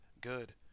good